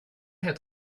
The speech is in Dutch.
het